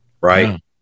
right